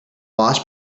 boss